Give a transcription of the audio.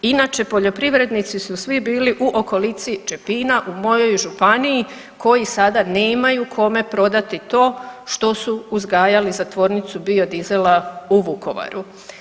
Inače poljoprivrednici su svi bili u okolici Čepina u mojoj županiji koji sada nemaju kome prodati to što su uzgajali za tvornicu biodizela u Vukovara.